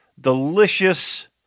delicious